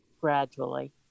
gradually